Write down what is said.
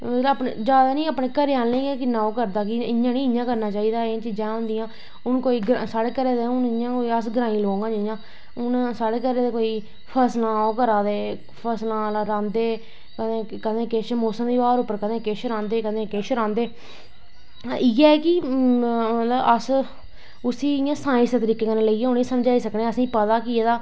जादा नी अपने घरे आह्लें गी किन्ना करदा इयां नी इयां करना चाही दा एह् चीजां होंदियां हून कोई अस ग्राईं लोग आं कोई हून साढ़े घरा दे फसलां ओह् करा दे फसलां रांह्दे कदैं किश मौसमी ब्हार उप्पर कदैं किश रांह्दे कदैैं किश रहांदे इयै ऐ कि अस उसी साईंस दे तरीके कन्नै लेईयै समझाई सकदे कि असेंगी पता ऐ एह्दा